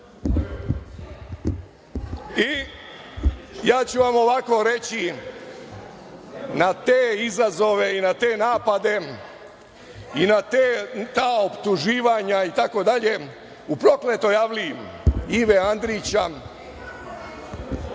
ću vam ovako reći na te izazove i na te napade i na ta optuživanja itd. U „Prokletoj avliji“ Ive Andrića